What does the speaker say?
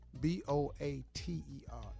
b-o-a-t-e-r